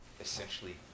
essentially